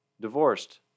divorced